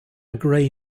gray